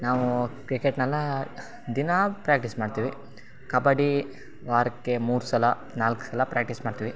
ನಾವು ಕ್ರಿಕೆಟ್ನೆಲ್ಲ ದಿನಾ ಪ್ರ್ಯಾಟ್ಟೀಸ್ ಮಾಡ್ತೀವಿ ಕಬಡ್ಡಿ ವಾರಕ್ಕೆ ಮೂರು ಸಲ ನಾಲ್ಕು ಸಲ ಪ್ರ್ಯಾಟ್ಟೀಸ್ ಮಾಡ್ತೀವಿ